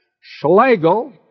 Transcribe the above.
Schlegel